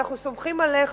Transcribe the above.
אנחנו סומכים עליך.